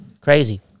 Crazy